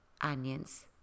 onions